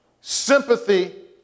sympathy